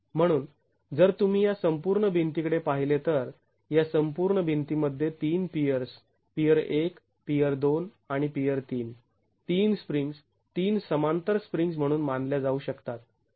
म्हणून जर तुम्ही या संपूर्ण भिंतीकडे पाहिले तर या संपूर्ण भिंतीमध्ये ३ पियर्स पियर १ पियर २ आणि पियर ३ ३ स्प्रिंग्ज् ३ समांतर स्प्रिंग्ज् म्हणून मानल्या जाऊ शकतात